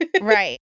Right